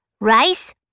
rice